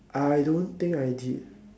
I don't think I did